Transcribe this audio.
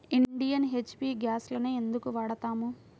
Indian, HP గ్యాస్లనే ఎందుకు వాడతాము?